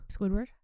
Squidward